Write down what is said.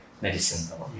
medicine